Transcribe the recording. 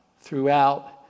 throughout